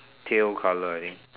pale colour I think